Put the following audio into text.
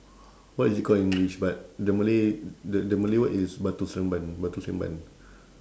what is it called in english but the malay the the malay word is batu seremban batu seremban